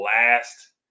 last